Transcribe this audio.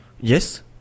Yes